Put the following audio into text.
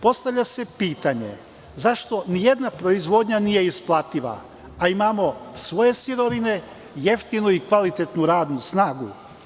Postavlja se pitanje zašto ni jedna proizvodnja nije isplativa, a imamo svoje sirovine, jeftinu i kvalitetnu radnu snagu?